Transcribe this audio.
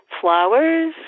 flowers